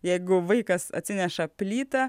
jeigu vaikas atsineša plytą